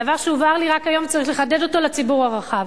דבר שהובהר לי רק היום וצריך לחדד אותו לציבור הרחב,